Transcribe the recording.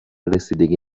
رسیدگی